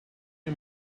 you